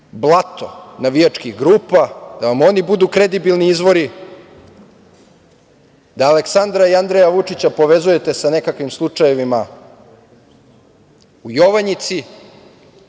blato navijačkih grupa, da vam oni budu kredibilni izvori, da Aleksandra i Andreja Vučića povezujete sa nekakvim slučajevima u Jovanjici,